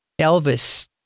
Elvis